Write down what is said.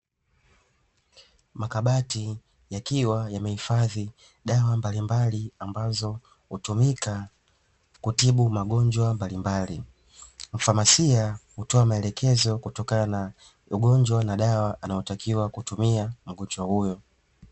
Makabati yakiwa yamehifadhi dawa mbalimbali, ambazo hutumika kutibu magonjwa mbalimbali. Mfamasia hutoa maelekezo kutokana na ugonjwa, na dawa anayotakiwa kutumia mgonjwa huyo.